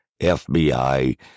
FBI